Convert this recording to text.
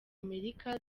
amerika